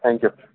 thank you